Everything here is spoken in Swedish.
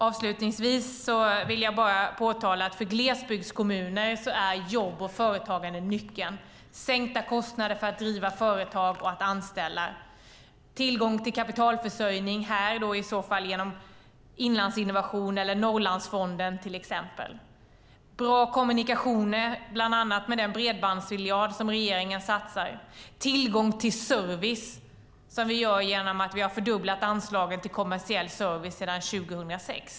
Avslutningsvis vill jag påtala att för glesbygdskommuner är jobb och företagande nyckeln, och då behövs sänkta kostnader för att driva företag och att anställa, tillgång till kapitalförsörjning, här i så fall genom Inlandsinnovation eller Norrlandsfonden till exempel, bra kommunikationer, bland annat med den bredbandsmiljard som regeringen satsar och tillgång till service som vi underlättar genom att vi har fördubblat anslaget till kommersiell service sedan 2006.